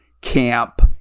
camp